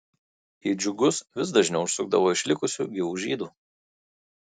į džiugus vis dažniau užsukdavo išlikusių gyvų žydų